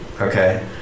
Okay